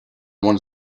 one